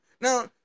Now